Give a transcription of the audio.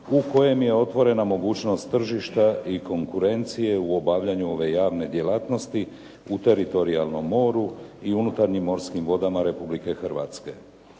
u kojem je otvorena mogućnost tržišta i konkurencije u obavljanju ove javne djelatnosti u teritorijalnom moru i unutarnjim morskim vodama Republike Hrvatske.